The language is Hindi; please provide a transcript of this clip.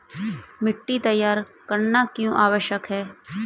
मिट्टी तैयार करना क्यों आवश्यक है?